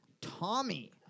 Tommy